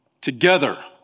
together